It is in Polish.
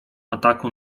ataku